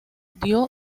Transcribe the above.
dio